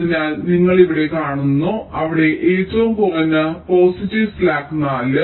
അതിനാൽ നിങ്ങൾ ഇവിടെ കാണുന്നു അവിടെ ഏറ്റവും കുറഞ്ഞ പോസിറ്റീവ് സ്ലാക്ക് 4